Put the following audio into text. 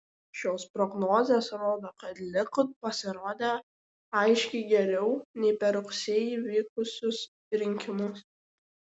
šios prognozės rodo kad likud pasirodė aiškiai geriau nei per rugsėjį vykusius rinkimus